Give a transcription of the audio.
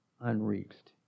Unreached